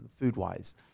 food-wise